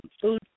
food